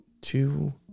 two